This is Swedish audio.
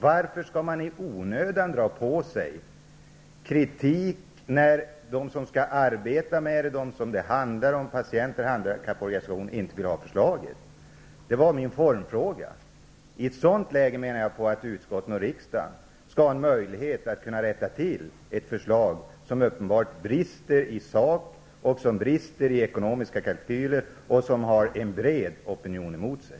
Varför skall man i onödan dra på sig kritik, när de som skall arbeta med detta och de det handlar om inte vill ha förslaget? Det var min formfråga. I ett sådant läge menar jag att utskottet och riksdagen skall ha en möjlighet att rätta till ett förslag som uppenbart brister i sak och i ekonomiska kalkyler och som har en bred opinion emot sig.